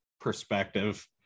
perspective